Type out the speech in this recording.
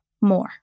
more